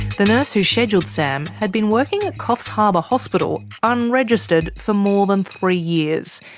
the nurse who scheduled sam had been working at coffs harbour hospital unregistered for more than three years,